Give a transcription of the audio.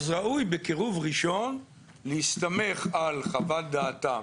אז ראוי בקירוב ראשון להסתמך על חוות דעתם,